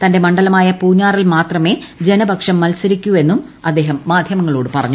തന്റെ മണ്ഡലമായ പൂഞ്ഞാറിൽ ്മാത്രമേ ജനപക്ഷം മത്സരിക്കൂ എന്നും അദ്ദേഹം മാധൃമങ്ങളോട് പറഞ്ഞു